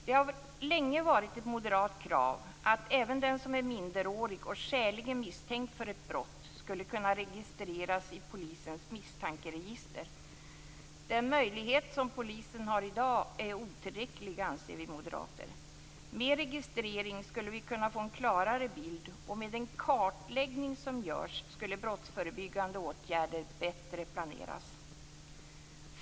Det har länge varit ett moderat krav att även den som är minderårig och skäligen misstänkt för ett brott skall kunna registreras i polisens misstankeregister. Den möjlighet som polisen har i dag är otillräcklig, anser vi moderater. Med registrering skulle vi kunna få en klarare bild, och med den kartläggning som görs skulle brottsförebyggande åtgärder bättre planeras.